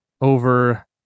over